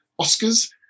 Oscars